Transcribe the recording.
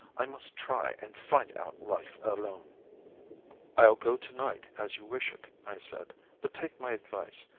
i must try and fight out life alone i'll go tonight, as you wish it i said but take my advice,